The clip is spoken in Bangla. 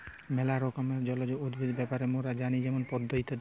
ম্যালা রকমের জলজ উদ্ভিদ ব্যাপারে মোরা জানি যেমন পদ্ম ইত্যাদি